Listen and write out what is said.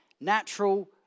Natural